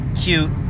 cute